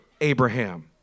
Abraham